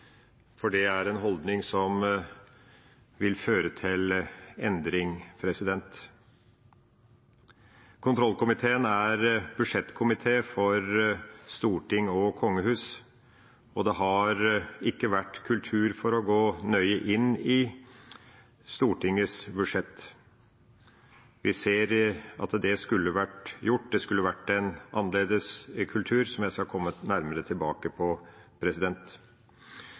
for det er en holdning som vil føre til endring. Kontrollkomiteen er budsjettkomité for storting og kongehus, og det har ikke vært kultur for å gå nøye inn i Stortingets budsjett. Vi ser at det skulle vært gjort, det skulle vært en annerledes kultur, som jeg skal komme nærmere tilbake